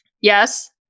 Yes